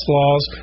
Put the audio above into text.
laws